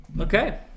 Okay